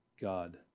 God